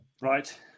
Right